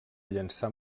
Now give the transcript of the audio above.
llançar